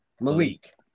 Malik